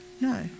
no